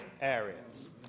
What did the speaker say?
areas